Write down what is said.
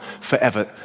forever